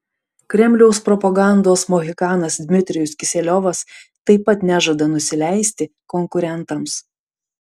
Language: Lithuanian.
kremliaus propagandos mohikanas dmitrijus kiseliovas taip pat nežada nusileisti konkurentams